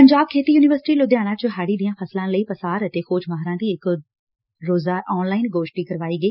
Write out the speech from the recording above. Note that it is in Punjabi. ਪੰਜਾਬ ਖੇਤੀ ਯੁਨੀਵਰਸਿਟੀ ਲੁਧਿਆਣਾ ਚ ਹਾੜੀ ਦੀਆਂ ਫਸਲਾਂ ਲਈ ਪਾਸਾਰ ਅਤੇ ਖੋਜ ਮਾਹਿਰਾਂ ਦੀ ਇਕ ਰੋਜ਼ਾ ਆਨਲਾਈਨ ਗੋਸ਼ਟੀ ਕਰਵਾਈ ਗਈ